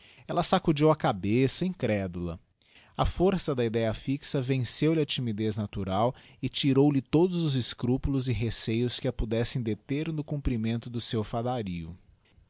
ella sacudiu a cabeça incrédula a força da idéa íixa venceuihe a timidez natural e tirou lhe todos os escrúpulos e receios que a pudessem deter no cumprimento do seu fadário